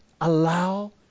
allow